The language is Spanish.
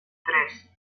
tres